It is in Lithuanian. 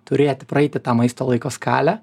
turėti praeiti tą maisto laiko skalę